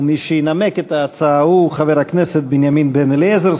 ומי שינמק את ההצעה הוא חבר הכנסת בנימין בן-אליעזר.